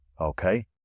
Okay